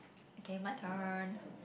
K my turn